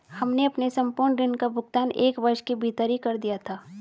हमने अपने संपूर्ण ऋण का भुगतान एक वर्ष के भीतर ही कर दिया था